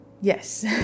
Yes